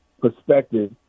perspective